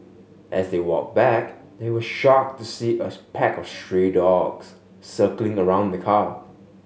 as they walked back they were shocked to see a pack of stray dogs circling around the car